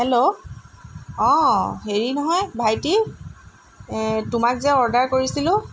hello অঁ হেৰি নহয় ভাইটি তোমাক যে অৰ্ডাৰ কৰিছিলোঁ